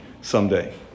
someday